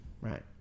Right